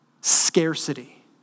scarcity